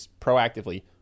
proactively